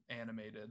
animated